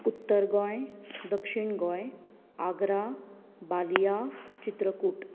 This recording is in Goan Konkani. उत्तर गोंय दक्षीण गोंय आग्रा बालिया चित्रकूट